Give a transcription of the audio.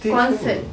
concert